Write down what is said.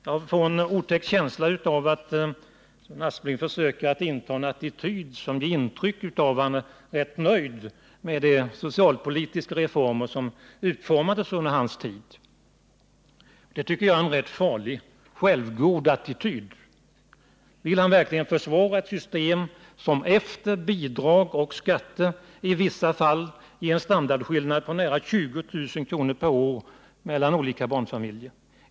Jag får en otäck känsla av att Sven Aspling försöker inta en attityd som ger intryck av att han är rätt nöjd med de socialpolitiska reformer som utformades under hans tid. Det tycker jag är en rätt farlig, självgod attityd. Vill han verkligen försvara ett system som efter bidrag och skatter i vissa fall ger en standardskillnad på nära 20 000 kr. per år mellan olika barnfamiljer?